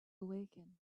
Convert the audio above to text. awaken